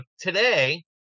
today